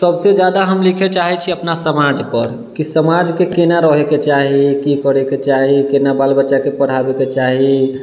सबसँ ज्यादा हम लिखै चाहै छी अपना समाजपर कि समाजके कोना रहैके चाही की करैके चाही कोना बालबच्चाके पढ़ाबैके चाही